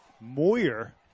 Moyer